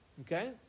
Okay